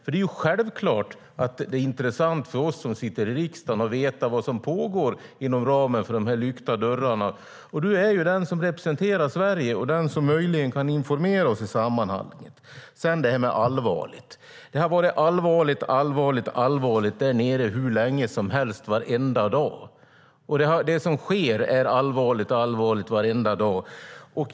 Det är självklart att det är intressant för oss som sitter i riksdagen att veta vad som pågår inom ramen för de lyckta dörrarna. Du är ju den som representerar Sverige och den som möjligen kan informera oss i sammanhanget. Sedan var det detta med "allvarligt". Det har varit allvarligt, allvarligt, allvarligt där nere hur länge som helst varenda dag. Det som sker är allvarligt, allvarligt varenda dag.